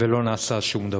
ולא נעשה שום דבר.